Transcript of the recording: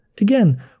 Again